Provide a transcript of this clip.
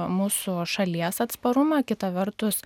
mūsų šalies atsparumą kita vertus